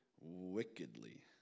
wickedly